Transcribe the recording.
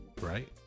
right